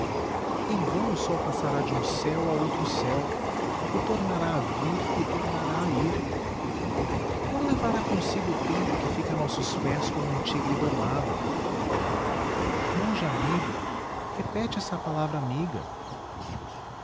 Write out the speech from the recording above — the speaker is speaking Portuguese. em vão o sol passará de um céu a outro céu e tornará a vir e tornará a ir não levará consigo o tempo que fica a nossos pés como um tigre domado monge amigo repete essa palavra amiga